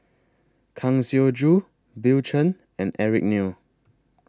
Kang Siong Joo Bill Chen and Eric Neo